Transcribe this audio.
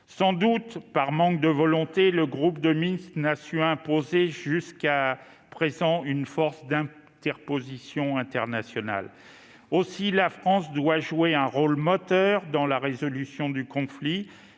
Sans doute par manque de volonté, le groupe de Minsk n'a pas su imposer jusqu'à présent une force d'interposition internationale. Aussi, la France doit jouer un rôle moteur dans la résolution du conflit.